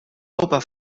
opa